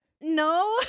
No